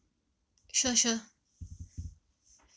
sure sure